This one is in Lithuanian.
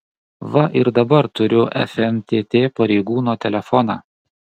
va ir dabar turiu fntt pareigūno telefoną